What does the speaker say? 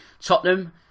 Tottenham